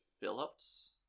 Phillips